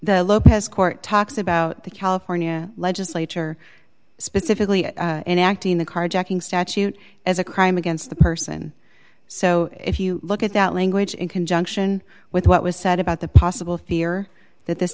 the lopez court talks about the california legislature specifically enacting the carjacking statute as a crime against the person so if you look at that language in conjunction with what was said about the possible fear that this